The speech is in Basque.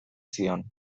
zion